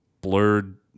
blurred